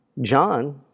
John